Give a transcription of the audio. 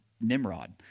Nimrod